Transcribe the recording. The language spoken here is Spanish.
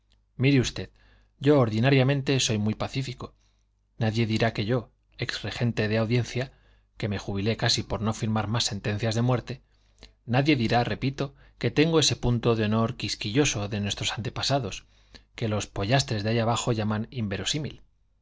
don álvaro mire usted yo ordinariamente soy muy pacífico nadie dirá que yo ex regente de audiencia que me jubilé casi por no firmar más sentencias de muerte nadie dirá repito que tengo ese punto de honor quisquilloso de nuestros antepasados que los pollastres de ahí abajo llaman inverosímil